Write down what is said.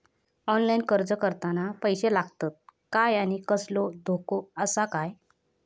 Online अर्ज करताना पैशे लागतत काय आनी कसलो धोको आसा काय?